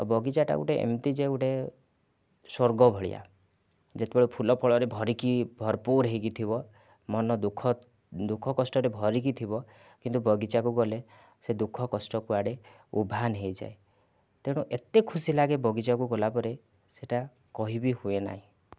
ଆଉ ବଗିଚାଟା ଗୋଟିଏ ଏମିତି ଯେ ଗୋଟିଏ ସ୍ୱର୍ଗ ଭଳିଆ ଯେତେବେଳେ ଫୁଲ ଫଳରେ ଭରିକି ଭରପୁର ହୋଇକି ଥିବ ମନ ଦୁଃଖ ଦୁଃଖ କଷ୍ଟରେ ଭରିକି ଥିବ କିନ୍ତୁ ବଗିଚାକୁ ଗଲେ ସେ ଦୁଃଖ କଷ୍ଟ କୁଆଡେ ଉଭାନ ହୋଇଯାଏ ତେଣୁ ଏତେ ଖୁସି ଲାଗେ ବଗିଚାକୁ ଗଲାପରେ ସେଇଟା କହି ବି ହୁଏ ନାହିଁ